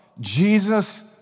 Jesus